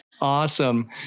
Awesome